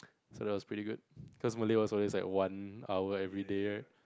so that was pretty good cause Malay was always like one hour everyday right